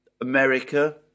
america